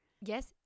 Yes